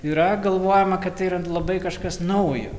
yra galvojama kad tai yra labai kažkas naujo